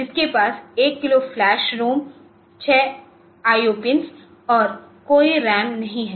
जिसके पास एक kilo flash ROM 6 I O pin और कोई रैम नहीं है